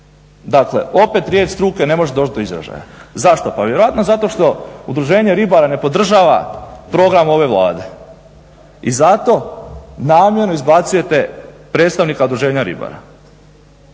Dakle, opet riječ struke ne može doći do izražaja. Zašto? Pa vjerojatno zato što Udruženje ribara ne podržava program ove Vlade. I zato namjerno izbacujete predstavnika Udruženja ribara.